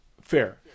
fair